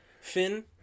Finn